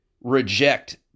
reject